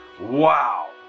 Wow